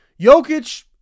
Jokic